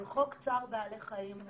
אבל חוק צער בעלי חיים,